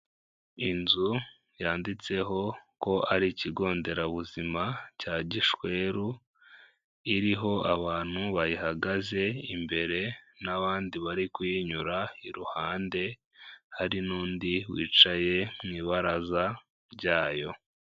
Inzu yanditseho ko ari ikigo nderabuzima cya Gishweru, iriho abantu bayihagaze imbere n'abandi bari kuyinyura iruhande, hari n'undi wicaye mu ibaraza ryayo.